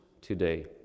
today